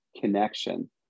connection